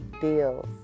deals